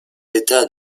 état